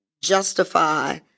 justify